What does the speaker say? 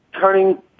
turning